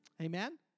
Amen